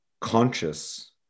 conscious